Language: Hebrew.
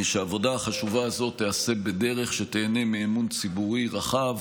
שהעבודה החשובה הזאת תיעשה בדרך שתיהנה מאמון ציבורי רחב